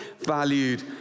valued